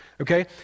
okay